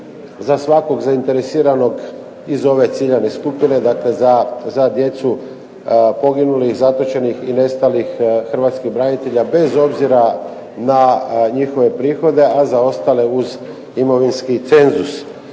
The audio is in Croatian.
za svakog zainteresiranog iz ove ciljane skupine, dakle za djecu poginulih, zatočenih i nestalih hrvatskih branitelja bez obzira na njihove prihode a za ostale uz imovinski cenzus.